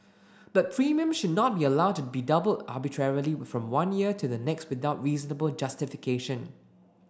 but premiums should not be allowed to be double arbitrarily from one year to the next without reasonable justification